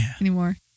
anymore